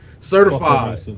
certified